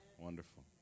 Wonderful